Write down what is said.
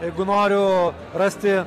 jeigu noriu rasti